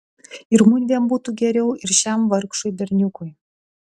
ir mudviem būtų geriau ir šiam vargšui berniukui